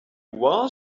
while